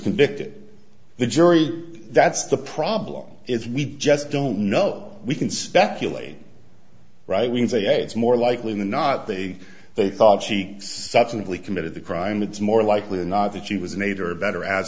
convicted the jury that's the problem is we just don't know we can speculate right we can say it's more likely than not they they thought she subsequently committed the crime it's more likely than not that she was made or better as